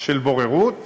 של בוררות,